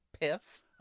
Piff